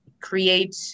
create